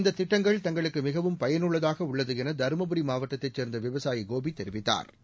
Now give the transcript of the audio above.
இந்ததிட்டங்கள் தங்களுக்குமிகவும் பயனுள்ளதாகஉள்ளதுஎனதருமபுரிமாவட்டத்தைச் சேர்ந்தவிவசாயிகோபிதெரிவித்தாா்